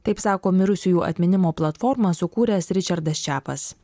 taip sako mirusiųjų atminimo platformą sukūręs ričardas čepas